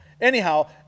Anyhow